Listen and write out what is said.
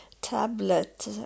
tablet